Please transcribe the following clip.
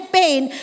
pain